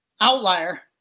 outlier